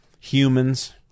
humans